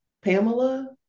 Pamela